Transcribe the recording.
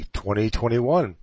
2021